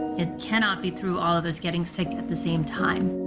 it cannot be through all of us getting sick at the same time.